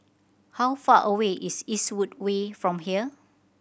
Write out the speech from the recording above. how far away is Eastwood Way from here